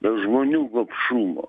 dėl žmonių gobšumo